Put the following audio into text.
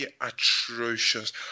atrocious